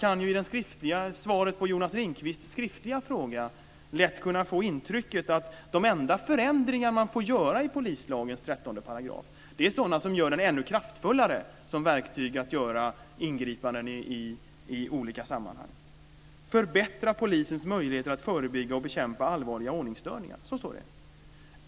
Av det skriftliga svaret på Jonas Ringqvists skriftliga fråga skulle man lätt kunna få intrycket att de enda förändringar man får göra i polislagens 13 § är sådana som gör den ännu kraftfullare som verktyg att göra ingripanden i olika sammanhang med. Förbättra polisens möjligheter att förebygga och bekämpa allvarliga ordningsstörningar - så står det!